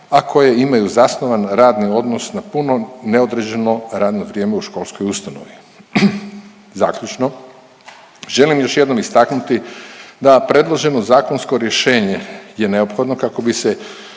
a koje imaju zasnovan radni odnos na puno neodređeno radno vrijeme u školskoj ustanovi. Zaključno, želim još jednom istaknuti da predloženo zakonsko rješenje je neophodno kako bi se